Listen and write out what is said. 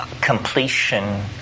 completion